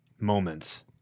moments